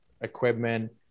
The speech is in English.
equipment